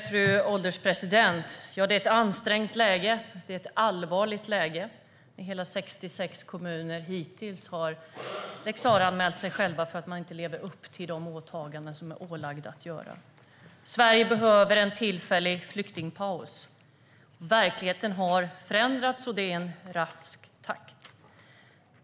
Fru ålderspresident! Det är ett ansträngt och allvarligt läge. Hela 66 kommuner har hittills lex Sarah-anmält sig själva för att de inte lever upp till sina åtaganden. Sverige behöver en tillfällig flyktingpaus. Verkligheten har förändrats i rask takt.